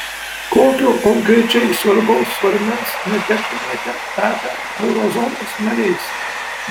kokio konkrečiai svarbaus svarmens netektumėme tapę eurozonos nariais